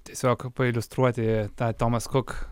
tiesiog pailiustruoti tą tomas kuk